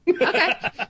Okay